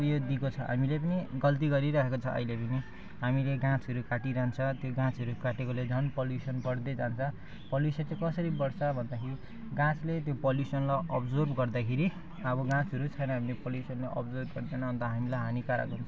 उयो दिएको छ हामीले पनि गल्ती गरिरहेको छ अहिले पनि हामीले गाछहरू काटिरहन्छ त्यो गाछहरू काटेकोले झन् पोल्युसन बढ्दै जान्छ पोल्युसन चाहिँ कसरी बढ्छ भन्दाखेरि गाछले त्यो पोल्युसनलाई अब्जर्भ गर्दाखेरि अब गाछहरू थिएन भने पोल्युसनलाई अब्जर्भ गर्दैन अन्त हामीलाई हानिकारक हुन्छ